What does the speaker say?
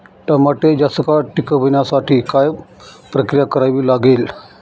टमाटे जास्त काळ टिकवण्यासाठी काय प्रक्रिया करावी लागेल?